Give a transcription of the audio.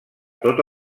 tot